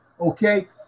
Okay